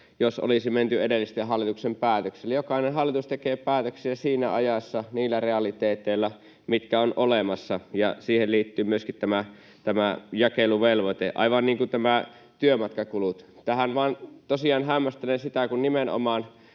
jos olisi menty edellisen hallituksen päätöksillä. Jokainen hallitus tekee päätöksiä siinä ajassa, niillä realiteeteilla, mitkä ovat olemassa, ja siihen liittyy myöskin tämä jakeluvelvoite. Aivan niin kuin nämä työmatkakulut: Tosiaan hämmästelen, kun nimenomaan